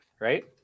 right